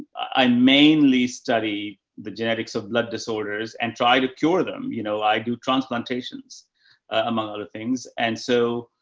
i mainly study the genetics of blood disorders and try to cure them. you know, i do transplantations among other things. and so,